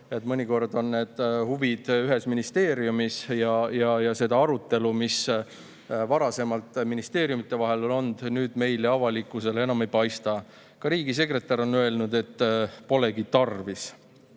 need [erinevad] huvid on ühes ministeeriumis, ja arutelu, mis varasemalt ministeeriumide vahel oli, nüüd meile, avalikkusele enam ei paista. Ka riigisekretär on öelnud, et polegi tarvis